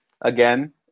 Again